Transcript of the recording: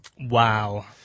Wow